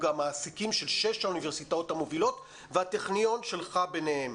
המעסיקים של שש האוניברסיטאות המובילות והטכניון שלך ביניכם?